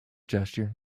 gesture